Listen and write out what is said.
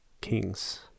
kings